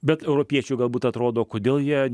bet europiečiui galbūt atrodo kodėl jie